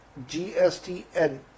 GSTN